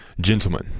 gentlemen